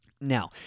Now